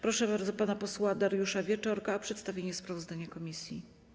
Proszę bardzo pana posła Dariusza Wieczorka o przedstawienie sprawozdania komisji.